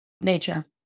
nature